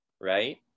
right